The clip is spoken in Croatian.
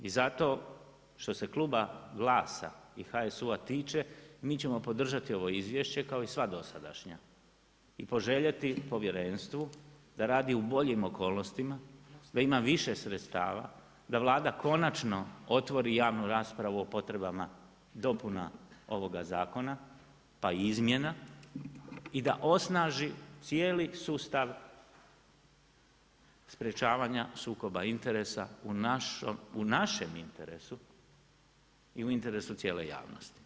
I zato što se kluba glasa i HSU-a tiče mi ćemo podržati ovo izvješće kao i sva dosadašnja i poželjeti povjerenstvu da radi u boljim okolnostima, da ima više sredstava, da Vlada konačno otvori javnu raspravu o potrebama dopuna ovoga zakona pa i izmjena i da osnaži cijeli sustav sprječavanja sukoba interesa u našem interesu i u interesu cijele javnosti.